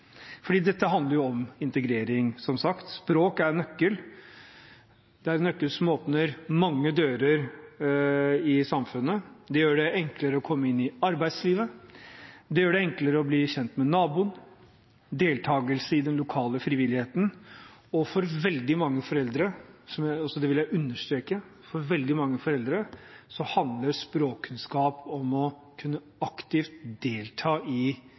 Dette handler som sagt om integrering. Språk er en nøkkel. Det er en nøkkel som åpner mange dører i samfunnet. Det gjør det enklere å komme inn i arbeidslivet. Det gjør det enklere å bli kjent med naboen og å delta i den lokale frivilligheten, og for veldig mange foreldre – det vil jeg understreke – handler språkkunnskap om aktivt å kunne delta i